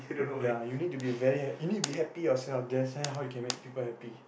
ya you to be very you need to be happy yourself that's when how you can make people happy